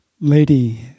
Lady